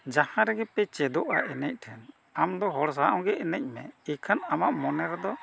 ᱡᱟᱦᱟᱸ ᱨᱮᱜᱮ ᱯᱮ ᱪᱮᱫᱚᱜᱼᱟ ᱮᱱᱮᱡ ᱴᱷᱮᱱ ᱟᱢᱫᱚ ᱦᱚᱲ ᱥᱟᱶᱜᱮ ᱮᱱᱮᱡ ᱢᱮ ᱮᱠᱷᱟᱱ ᱟᱢᱟᱜ ᱢᱚᱱᱮ ᱨᱮᱫᱚ